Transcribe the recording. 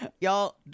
Y'all